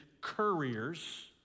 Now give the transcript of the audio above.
couriers